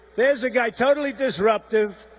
there's a guy totally disruptive,